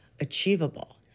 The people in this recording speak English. achievable